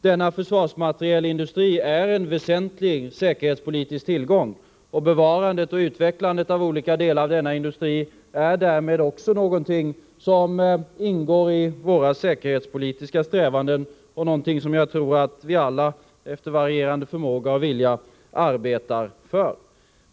Denna försvarsmaterielindustri är en väsentlig säkerhetspolitisk tillgång, och bevarandet och utvecklandet av olika delar av denna industri är därmed också någonting som ingår i våra säkerhetspolitiska strävanden och som jag tror att vi alla, efter varierande förmåga och vilja, arbetar för.